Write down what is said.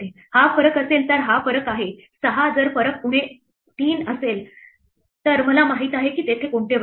हा फरक असेल तर हा फरक आहे 6 जर फरक उणे 3 असेल तर मला माहित आहे की तेथे कोणते वर्ग आहेत